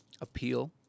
appeal